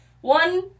one-